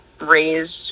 raised